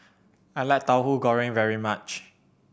I like Tauhu Goreng very much